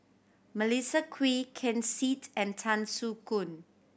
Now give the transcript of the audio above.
Melissa Kwee Ken Seet and Tan Soo Khoon